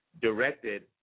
directed